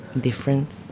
Different